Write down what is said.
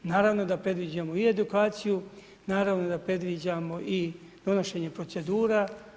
Naravno da predviđamo i edukaciju, naravno da predviđamo i donošenje procedura.